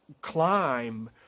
climb